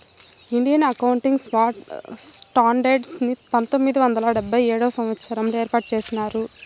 Indian accounting standards ని పంతొమ్మిది వందల డెబ్భై ఏడవ సంవచ్చరంలో ఏర్పాటు చేసినారు